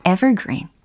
Evergreen